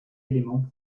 éléments